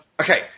okay